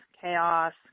chaos